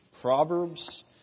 Proverbs